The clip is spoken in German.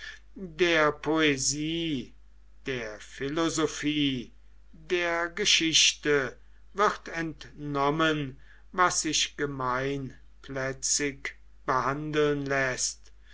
der poesie der philosophie der geschichte wird entnommen was sich gemeinplätzig behandeln läßt